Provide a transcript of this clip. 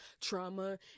trauma